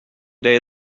day